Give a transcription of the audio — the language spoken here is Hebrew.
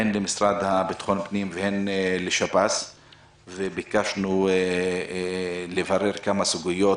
למשרד לביטחון הפנים ולשב"ס וביקשנו לברר כמה סוגיות